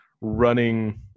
running